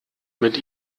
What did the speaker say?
mit